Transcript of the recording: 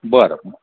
बरं